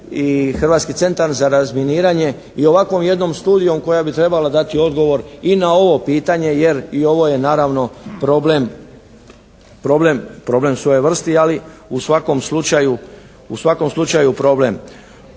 Hrvatski centar za razminiranje i ovakvom jednom studijom koja bi trebala dati odgovor i na ovo pitanje jer i ovo je naravno problem svoje vrsti, ali u svakom slučaju problem.